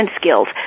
skills